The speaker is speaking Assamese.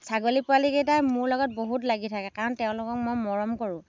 ছাগলী পোৱালীকেইটাই মোৰ লগত বহুত লাগি থাকে কাৰণ তেওঁলোকক মই মৰম কৰোঁ